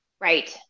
Right